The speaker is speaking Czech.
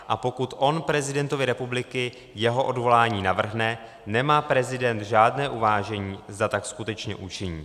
A pokud on prezidentovi republiky jeho odvolání navrhne, nemá prezident žádné uvážení, zda tak skutečně učiní.